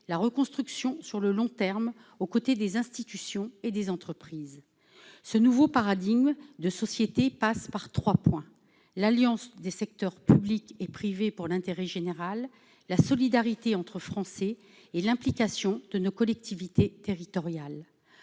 la reconstruction sur le long terme, aux côtés des institutions et des entreprises. Ce nouveau paradigme de société passe par trois points : l'alliance des secteurs public et privé pour l'intérêt général, la solidarité entre Français et l'implication de nos collectivités territoriales.